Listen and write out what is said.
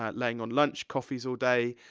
ah laying on lunch, coffees all day,